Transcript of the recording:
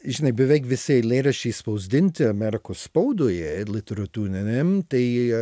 žinai beveik visi eilėraščiai išspausdinti amerikos spaudoje ir literatūriniam tai